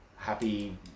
Happy